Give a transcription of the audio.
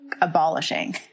abolishing